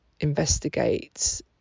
investigate